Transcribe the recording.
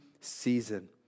season